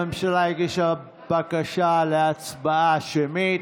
הממשלה הגישה בקשה להצבעה שמית.